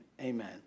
amen